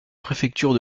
préfecture